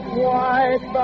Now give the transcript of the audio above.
white